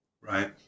right